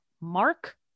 Mark